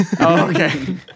okay